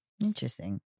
interesting